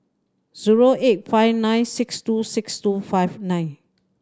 zero eight five nine six two six two five nine